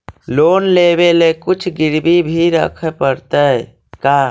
Loan लेबे ल कुछ गिरबी भी रखे पड़तै का?